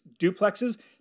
duplexes